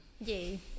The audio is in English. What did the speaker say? yay